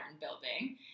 building